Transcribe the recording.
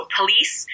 police